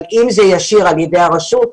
אבל אם הוא מופעל ישירות על ידי הרשות,